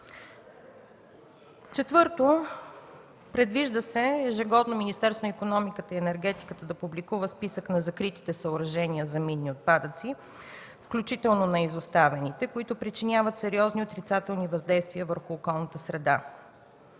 Четвърто, предвижда се ежегодно Министерството на икономиката и енергетиката да публикува списък на закритите съоръжения за минни отпадъци, включително на изоставените, които причиняват сериозни отрицателни въздействия върху околната среда.